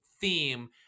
theme